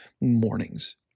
mornings